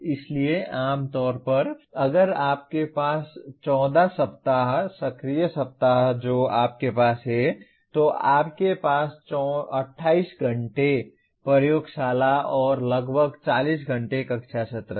इसलिए आमतौर पर अगर आपके पास 14 सप्ताह सक्रिय सप्ताह जो आपके पास है तो आपके पास 28 घंटे प्रयोगशाला और लगभग 40 घंटे कक्षा सत्र हैं